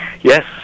Yes